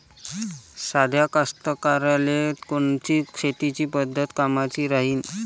साध्या कास्तकाराइले कोनची शेतीची पद्धत कामाची राहीन?